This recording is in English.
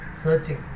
searching